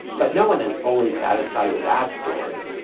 but no one is fully satisfied with that story.